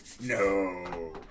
no